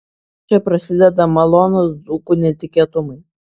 čia prasideda malonūs dzūkų netikėtumai